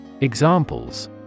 Examples